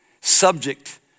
subject